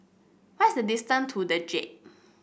what's the distance to the Jade